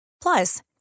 Plus